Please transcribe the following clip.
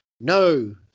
No